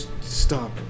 stop